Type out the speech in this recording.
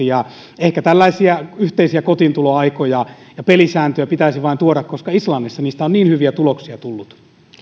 ja ehkä tällaisia yhteisiä kotiintuloaikoja ja pelisääntöjä pitäisi vain tuoda koska islannissa niistä on niin hyviä tuloksia tullut